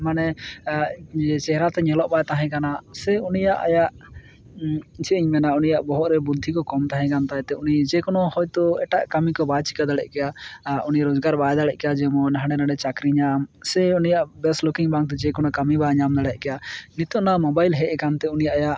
ᱢᱟᱱᱮ ᱪᱮᱦᱨᱟᱛᱮ ᱧᱮᱞᱚᱜ ᱵᱟᱭ ᱛᱟᱦᱮᱸ ᱠᱟᱱᱟ ᱥᱮ ᱩᱱᱤᱭᱟᱜ ᱟᱭᱟᱜ ᱪᱮᱫ ᱤᱧ ᱢᱮᱱᱟ ᱩᱱᱤᱭᱟᱜ ᱵᱚᱦᱚᱜ ᱨᱮ ᱵᱩᱫᱫᱷᱤ ᱠᱚ ᱠᱚᱢ ᱛᱟᱦᱮᱠᱟᱱ ᱛᱟᱭᱛᱮ ᱩᱱᱤ ᱡᱮᱠᱳᱱᱳ ᱦᱳᱭᱛᱳ ᱮᱴᱟᱜ ᱠᱟᱹᱢᱤ ᱠᱚ ᱵᱟᱭ ᱪᱤᱠᱟᱹ ᱫᱟᱲᱮᱭᱟᱜ ᱠᱮᱭᱟ ᱟᱨ ᱩᱱᱤ ᱨᱳᱡᱽᱜᱟᱨ ᱵᱟᱭ ᱫᱟᱲᱮᱭᱟᱜ ᱠᱮᱭᱟ ᱡᱮᱢᱚᱱ ᱦᱟᱸᱰᱮ ᱱᱟᱸᱰᱮ ᱪᱟᱹᱠᱨᱤ ᱧᱟᱢ ᱥᱮ ᱩᱱᱤᱭᱟᱜ ᱵᱮᱥ ᱞᱩᱠᱤᱝ ᱵᱟᱝᱛᱮ ᱡᱮᱠᱳᱱᱳ ᱠᱟᱹᱢᱤ ᱵᱟᱭ ᱧᱟᱢ ᱫᱟᱲᱮᱭᱟᱜ ᱠᱮᱭᱟ ᱱᱤᱛᱚᱜ ᱚᱱᱟ ᱢᱚᱵᱟᱭᱤᱞ ᱦᱮᱡ ᱠᱟᱱᱛᱮ ᱩᱱᱤ ᱟᱭᱟᱜ